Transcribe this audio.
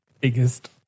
biggest